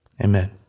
Amen